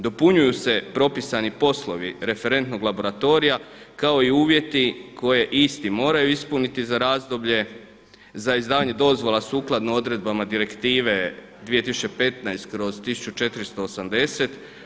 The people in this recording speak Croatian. Dopunjuju se propisani poslovi referentnog laboratorija kao i uvjeti koje isti moraju ispuniti za razdoblje, za izdavanje dozvola sukladno odredbama direktive 2015.